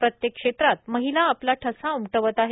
प्रत्येक क्षेत्रात महिला आपला ठसा उमटवत आहेत